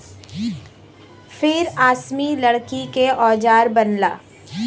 फिर आसमी लकड़ी के औजार बनला